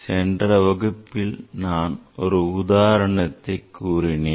சென்ற வகுப்பில் நான் ஒரு உதாரணத்தை கூறினேன்